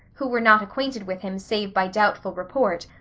who were not acquainted with him save by doubtful report,